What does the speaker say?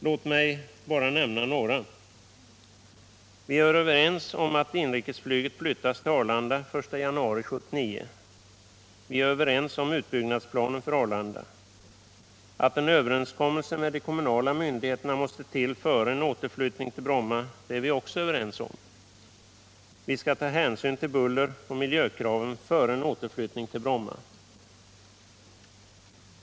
Låt mig bara nämna några: Vi är överens om att inrikesflyget flyttas till Arlanda den 1 januari 1979. Vi är överens om utbyggnadsplanen för Arlanda. Att en överenskommelse med de kommunala myndigheterna måste till före en återflyttning till Bromma är vi också överens om. Vi skall ta hänsyn till bulleroch miljökraven före en återflyttning till Bromma.